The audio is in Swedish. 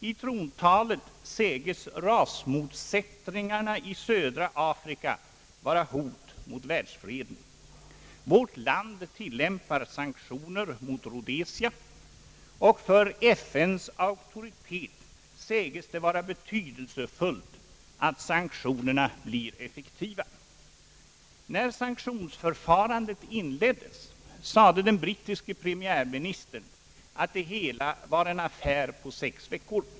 I trontalet sägs rasmotsättningarna i södra Afrika vara ett hot mot världsfreden. Vårt land tillämpar sanktioner mot Rhodesia, och för FN:s auktoritet sägs det vara betydelsefullt att sanktionerna blir effektiva. När sanktionsförfarandet inleddes sade den brittiske premiärministern att det hela var en affär på sex veckor.